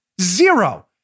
Zero